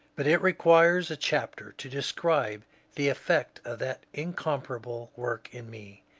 but it requires a chapter to describe the effect of that incomparable work in me,